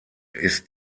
ist